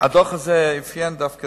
הדוח הזה אפיין דווקא